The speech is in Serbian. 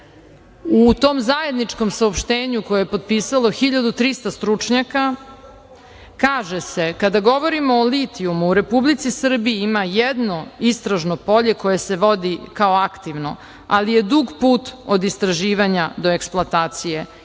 u tom zajedničkom saopštenju koje je potpisalo 1.300 stručnjaka kaže se – kada govorimo o litijumu u Republici Srbiji ima jedno istražno polje koje se vodi kao aktivno, ali je dug put od istraživanja do eksploatacije